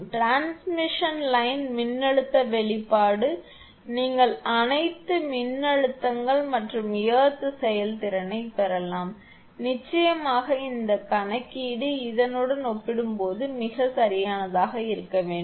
transmission line மின்னழுத்த வெளிப்பாடு நீங்கள் அனைத்து மின்னழுத்தங்கள் மற்றும் எர்த் செயல்திறனைப் பெறலாம் நிச்சயமாக இந்த கணக்கீடு இதனுடன் ஒப்பிடும்போது மிகவும் சரியானதாக இருக்க வேண்டும்